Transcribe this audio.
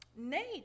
Nate